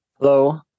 Hello